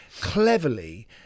cleverly